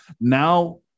now